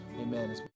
Amen